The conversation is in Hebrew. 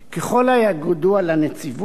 ככל הידוע לנציבות,